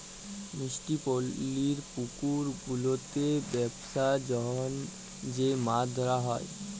মিষ্টি পালির পুকুর গুলাতে বেপসার জনহ যে মাছ ধরা হ্যয়